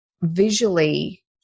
visually